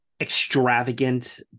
extravagant